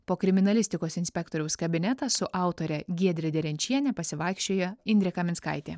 po kriminalistikos inspektoriaus kabinetą su autore giedre derenčiene pasivaikščioję indrė kaminskaitė